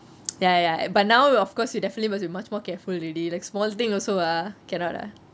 ya ya but now of course you definitely must be much more careful already like small thing also ah cannot lah